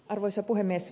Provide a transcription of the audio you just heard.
arvoisa puhemies